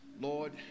Lord